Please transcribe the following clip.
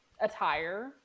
attire